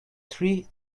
tree